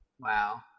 Wow